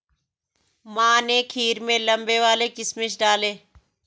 माँ ने खीर में लंबे वाले किशमिश डाले